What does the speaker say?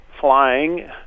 flying